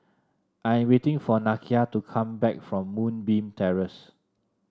I'm waiting for Nakia to come back from Moonbeam Terrace